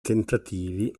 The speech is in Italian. tentativi